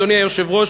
אדוני היושב-ראש,